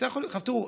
עכשיו תראו,